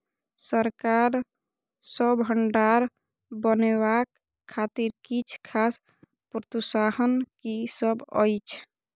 सरकार सँ भण्डार बनेवाक खातिर किछ खास प्रोत्साहन कि सब अइछ?